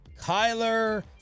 Kyler